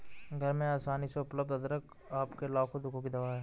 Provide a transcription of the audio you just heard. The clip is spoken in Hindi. घर में आसानी से उपलब्ध अदरक आपके लाखों दुखों की दवा है